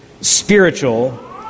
spiritual